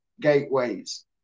gateways